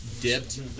dipped